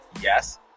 Yes